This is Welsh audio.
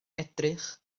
edrych